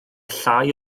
llai